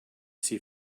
see